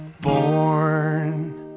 born